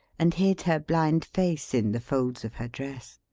and hid her blind face in the folds of her dress.